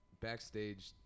backstage